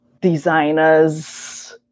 designers